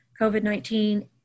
COVID-19